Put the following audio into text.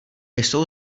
jsou